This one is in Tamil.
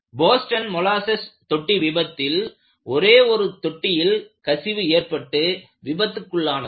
போஸ்டன் மொலாசஸ் தொட்டி விபத்தில் ஒரே ஒரு தொட்டியில் கசிவு ஏற்பட்டு விபத்துக்குள்ளானது